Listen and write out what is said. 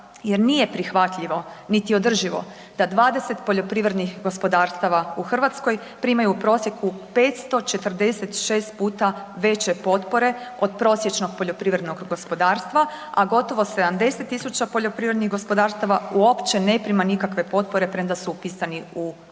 jer nije prihvatljivo, niti održivo da 20 poljoprivrednih gospodarstava u Hrvatskoj primaju u prosjeku 546 puta veće potpore od prosječnog poljoprivrednog gospodarstva, a gotovo 70 000 poljoprivrednih gospodarstava uopće ne prima nikakve potpore premda su upisani u upisnik.